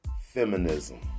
feminism